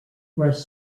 rust